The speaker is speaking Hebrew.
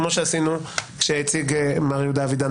כמו שעשינו כשהציג מר יהודה אבידן,